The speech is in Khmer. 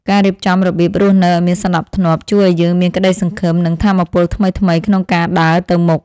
ការរៀបចំរបៀបរស់នៅឱ្យមានសណ្តាប់ធ្នាប់ ជួយឱ្យយើងមានក្តីសង្ឃឹម និងថាមពលថ្មីៗក្នុងការដើរទៅមុខ។